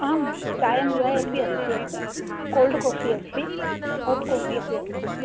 आं चायं द्वे अपि अस्ति अत्र कोल्ड् कोफ़ि अस्ति होट् कोफ़ि अपि अस्ति